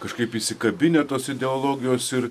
kažkaip įsikabinę tos ideologijos ir